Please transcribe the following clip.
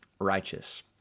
righteous